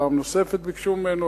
פעם נוספת ביקשו ממנו,